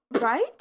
Right